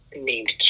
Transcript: named